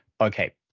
Okay